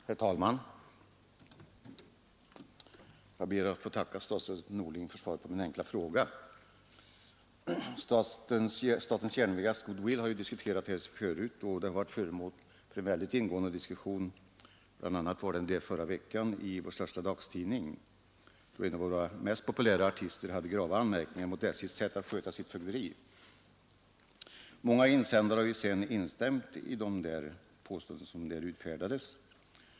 Herr talman! Jag ber att få tacka statsrådet Norling för svaret på min enkla fråga. Statens järnvägars goodwill har ju varit föremål för en väldigt ingående diskussion, bl.a. förra veckan i vår största dagstidning. En av våra mest populära artister hade grava anmärkningar mot SJ:s sätt att sköta sitt fögderi. Många insändare har sedan instämt i de påståenden som då gjordes.